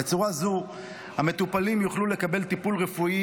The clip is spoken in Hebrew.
בצורה זו המטופלים יוכלו לקבל טיפול רפואי